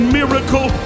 miracle